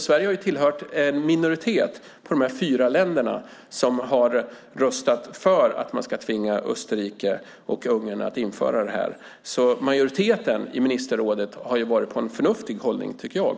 Sverige har alltså tillhört en minoritet på 4 länder som har röstat för att man ska tvinga Österrike och Ungern att införa det här. Majoriteten i ministerrådet har haft en förnuftig hållning, tycker jag.